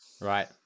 Right